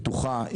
בטוחה,